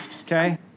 Okay